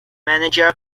manager